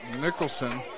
Nicholson